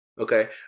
Okay